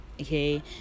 okay